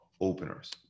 openers